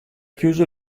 chiuso